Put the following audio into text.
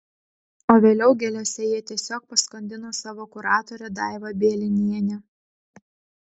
o vėliau gėlėse jie tiesiog paskandino savo kuratorę daivą bielinienę